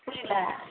புரியலை